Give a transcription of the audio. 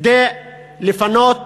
כדי לפנות